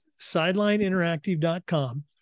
sidelineinteractive.com